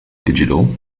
digital